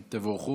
תבורכו.